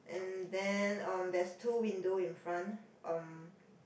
and then on there's two windows in front um